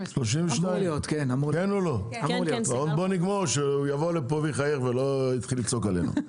32. בואו נגמור שהוא יבוא לפה ויחייך ולא יתחיל לצעוק עלינו.